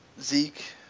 Zeke